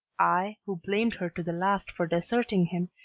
i, who blamed her to the last for deserting him,